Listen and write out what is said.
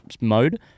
mode